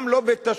גם לא בתשלום,